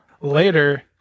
later